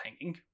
hanging